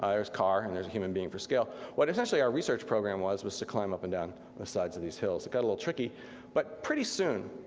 ah there's a car and there's a human being for scale. what is actually our research program was, was to climb up and down the sides of these hills. it got a little tricky but pretty soon,